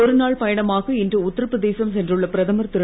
ஒருநாள் பயணமாக இன்று உத்தரபிரதேசம் சென்றுள்ள பிரதமர் திரு